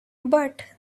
but